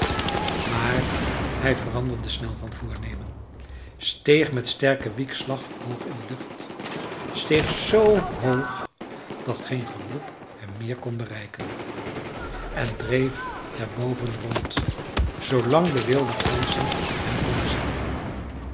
maar hij veranderde snel van voornemen steeg met sterken wiekslag hoog in de lucht steeg zoo hoog dat geen geroep hem meer kon bereiken en dreef daar boven rond zoolang de wilde ganzen hem konden zien